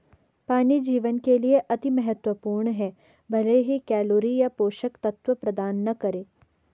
पानी जीवन के लिए अति महत्वपूर्ण है भले ही कैलोरी या पोषक तत्व प्रदान न करे